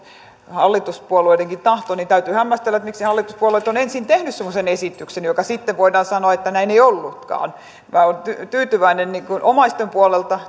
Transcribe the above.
hallituspuolueidenkin tahto niin täytyy hämmästellä miksi hallituspuolueet ovat ensin tehneet semmoisen esityksen josta sitten voidaan sanoa että näin ei ollutkaan minä olen tyytyväinen omaisten